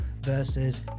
versus